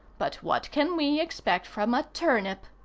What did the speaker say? but what can we expect from a turnip?